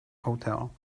hotel